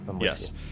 Yes